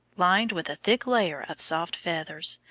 lined with a thick layer of soft feathers,